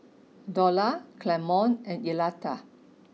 Dorla Clemon and Electa